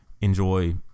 enjoy